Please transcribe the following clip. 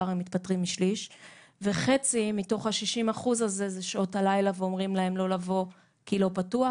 לבדוק את שעות הפעילות אל מול שעות ה-פיק, אם יש